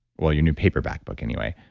well, your new paperback book anyway.